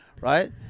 right